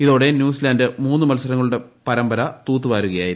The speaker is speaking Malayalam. ഇതോടെ ന്യൂസിലന്റ് മൂന്നു മത്സരങ്ങളുടെ പരമ്പര തൂത്തുപ്പാരുകയായിരുന്നു